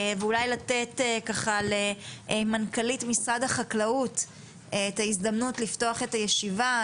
ואולי לתת למנכ"לית משרד החקלאות את ההזדמנות לפתוח את הישיבה,